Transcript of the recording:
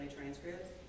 transcripts